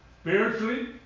Spiritually